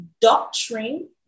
doctrine